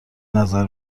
نظر